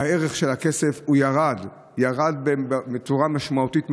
הערך של הכסף ירד בצורה משמעותית מאוד.